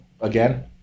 again